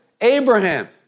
Abraham